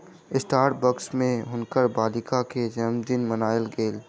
Starbucks में हुनकर बालिका के जनमदिन मनायल गेल